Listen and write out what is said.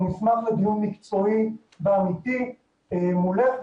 אנחנו נשמח לדיון מקצועי ואמיתי מולך,